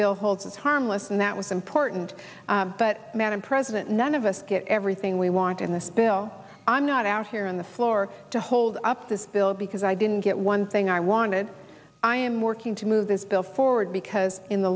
bill holds harmless and that was important but man and president none of us get everything we want in this bill i'm not out here on the floor to hold up this bill because i didn't get one thing i wanted i am working to move this bill forward because in the